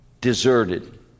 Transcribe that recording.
deserted